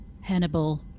Hannibal